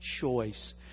choice